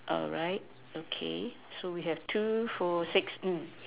all right okay so we have two four six